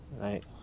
Right